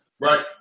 right